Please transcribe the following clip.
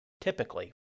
typically